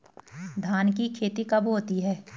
धान की खेती कब होती है?